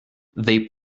they